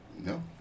No